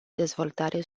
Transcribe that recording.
dezvoltare